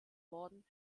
worden